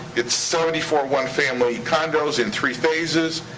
it's seventy four one-family condos in three phases.